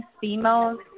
females